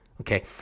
Okay